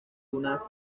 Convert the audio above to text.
una